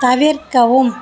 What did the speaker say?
தவிர்க்கவும்